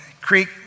Creek